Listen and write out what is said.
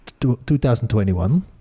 2021